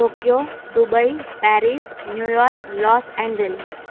Tokyo Dubai Paris New York Los Angeles